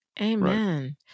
Amen